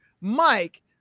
Mike